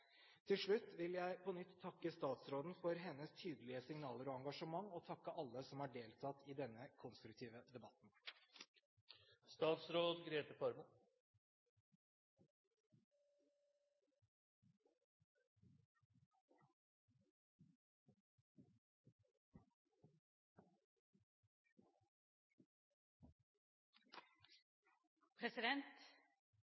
Til slutt vil jeg på nytt takke statsråden for hennes tydelige signaler og engasjement og takke alle som har deltatt i denne konstruktive